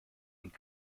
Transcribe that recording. und